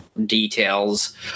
details